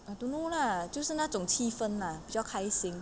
I don't know lah 就是那种气氛啦比较开心